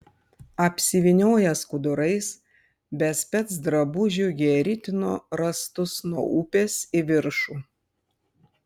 apsivynioję skudurais be specdrabužių jie ritino rąstus nuo upės į viršų